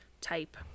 type